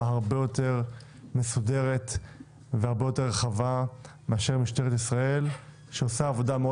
הרבה יותר מסודרת והרבה יותר רחבה מאשר משטרת ישראל שעושה עבודה מאוד